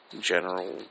general